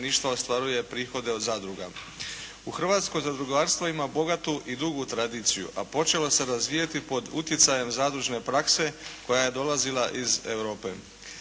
ostvaruje prihode od zadruga. U Hrvatskoj zadrugarstvo ima bogatu i dugu tradiciju, a počelo se razvijati pod utjecati zadružne prakse koja je dolazila iz Europe.